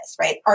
right